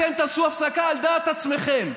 אתם תעשו הפסקה על דעת עצמכם.